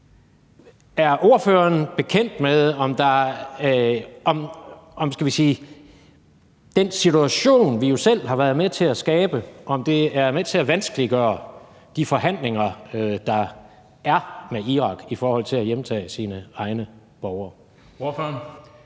Er ordføreren bekendt med, om den situation, vi jo selv har været med til at skabe, er med til at vanskeliggøre de forhandlinger, der er med Irak om at hjemtage deres egne borgere? Kl.